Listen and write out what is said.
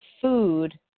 food